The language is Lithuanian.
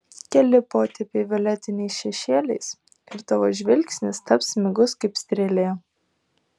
keli potėpiai violetiniais šešėliais ir tavo žvilgsnis taps smigus kaip strėlė